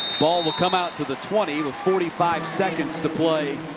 ball will come out to the twenty with forty five seconds to play